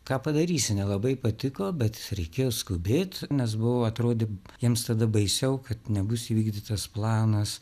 ką padarysi nelabai patiko bet reikėjo skubėt nes buvo atrodė jiems tada baisiau kad nebus įvykdytas planas